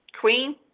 queen